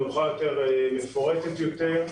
נוחה יותר ומפורטת יותר.